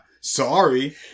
sorry